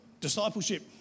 discipleship